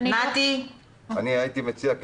הייתי מציע,